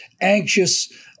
anxious